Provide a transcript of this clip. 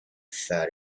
fat